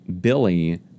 billy